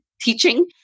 teaching